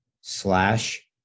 slash